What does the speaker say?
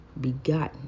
begotten